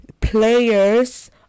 players